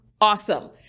awesome